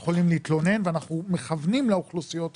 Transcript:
הם יכולים להתלונן ואנחנו מכוונים לאוכלוסיות האלה.